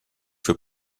für